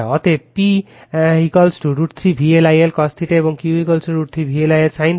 অতএব P √ 3 VL I L cos θ এবং Q √ 3 VL I L sin θ